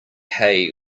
hay